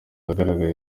ahagaragara